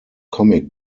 comic